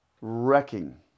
wrecking